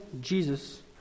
Jesus